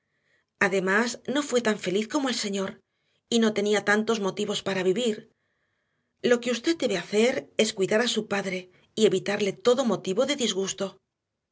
además no fue tan feliz como el señor y no tenía tantos motivos para vivir lo que usted debe hacer es cuidar a su padre y evitarle todo motivo de disgusto